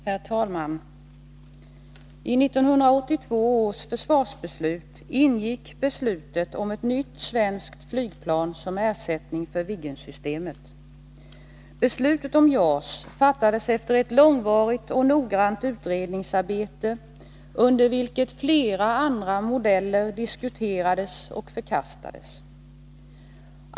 Herr talman! I 1982 års försvarsbeslut ingick beslutet om ett nytt svenskt flygplan som ersättning för Viggensystemet. Beslutet om JAS fattades efter ett långvarigt och noggrant utredningsarbete under vilket flera andra modeller diskuterades och förkastades.